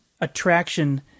attraction